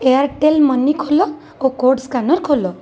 Airtel money ଖୋଲ ଓ code scanner ଖୋଲ